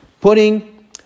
putting